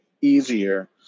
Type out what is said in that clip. easier